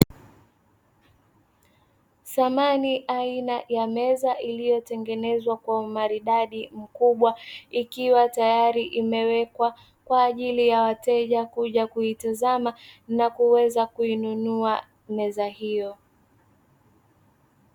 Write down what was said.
Samani aina ya meza iliyotengenezwa kwa umaridadi mkubwa, ikiwa tayari imewekwa kwa ajili ya wateja kuja kuitazama na kuweza kuinunua meza hiyo.